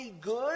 good